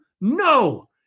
no